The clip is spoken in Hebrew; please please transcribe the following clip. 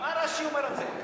מה רש"י אומר על זה?